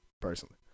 personally